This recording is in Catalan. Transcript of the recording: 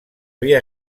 havia